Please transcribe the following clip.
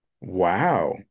Wow